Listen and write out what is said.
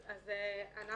אנחנו